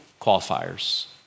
qualifiers